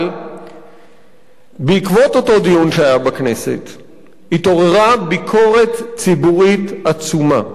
אבל בעקבות אותו דיון שהיה בכנסת התעוררה ביקורת ציבורית עצומה,